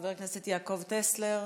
חבר הכנסת יעקב טסלר,